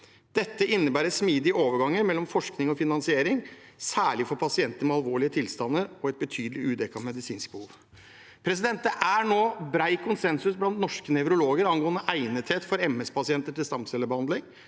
Dette innebærer smidige overganger mellom forskning og finansiering, særlig for pasienter med alvorlige tilstander og et betydelig udekket medisinsk behov. Det er nå bred konsensus blant norske nevrologer angående egnethet for MS-pasienter til stamcellebehandling.